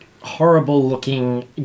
horrible-looking